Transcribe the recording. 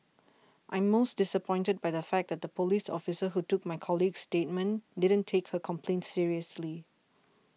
I'm most disappointed by the fact that the police officer who took my colleague's statement didn't take her complaint seriously